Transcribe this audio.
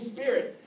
Spirit